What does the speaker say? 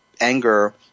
anger